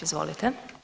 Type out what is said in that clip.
Izvolite.